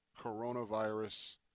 coronavirus